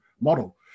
model